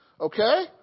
Okay